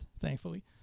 thankfully